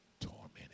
tormented